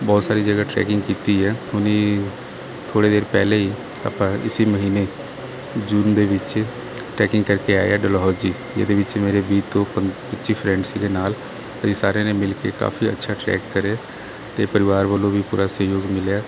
ਬਹੁਤ ਸਾਰੀ ਜਗ੍ਹਾ ਟ੍ਰੇਕਿੰਗ ਕੀਤੀ ਹੈ ਹੁਣ ਥੋੜ੍ਹੇ ਦੇਰ ਪਹਿਲੇ ਹੀ ਆਪਾਂ ਇਸੀ ਮਹੀਨੇ ਜੂਨ ਦੇ ਵਿੱਚ ਟਰੈਕਿੰਗ ਕਰਕੇ ਆਏ ਹਾਂ ਡਲਹੌਜੀ ਇਹਦੇ ਵਿੱਚ ਮੇਰੇ ਵੀਹ ਤੋਂ ਪੱਚੀ ਫਰੈਂਡ ਸੀਗੇ ਨਾਲ ਅਸੀਂ ਸਾਰਿਆਂ ਨੇ ਮਿਲ ਕੇ ਕਾਫੀ ਅੱਛਾ ਟਰੈਕ ਕਰਿਆ ਅਤੇ ਪਰਿਵਾਰ ਵੱਲੋਂ ਵੀ ਪੂਰਾ ਸਹਿਯੋਗ ਮਿਲਿਆ